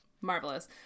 Marvelous